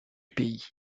pays